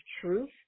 truth